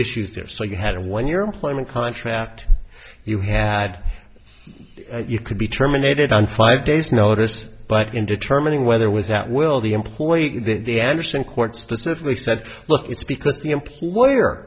issues there so you had when your employment contract you had you could be terminated on five days notice but in determining whether was that will the employee the anderson courts specifically said look it's because the employer